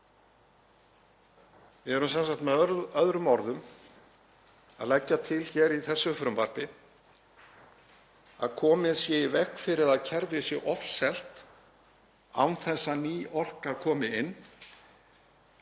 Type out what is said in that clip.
Við erum sem sagt með öðrum orðum að leggja til í þessu frumvarpi að komið sé í veg fyrir að kerfið sé ofselt án þess að ný orka komi inn,